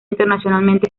internacionalmente